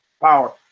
power